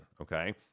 okay